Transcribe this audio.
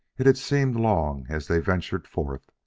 it had seemed long as they ventured forth,